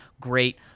great